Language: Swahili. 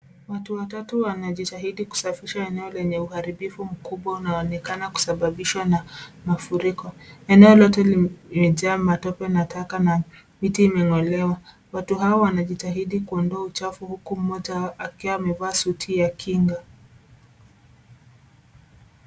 Watu watatu wanajitahidhi kusafisha eneo lenye uharibivu mkubwa unaonekana kusababishwa na mafuriko. Eneo lote limejaa matope na taka miti imengolewa. Watu hao wanajitahidhi kuondoa uchafu huku moja akiwa amevaa suti ya kinga.